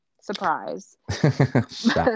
Surprise